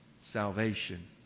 salvation